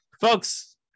folks